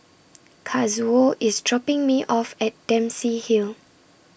Kazuo IS dropping Me off At Dempsey Hill